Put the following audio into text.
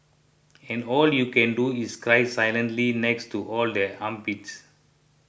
and all you can do is cry silently next to all the armpits